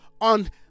on